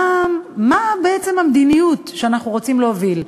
מה בעצם המדיניות שאנחנו רוצים להוביל?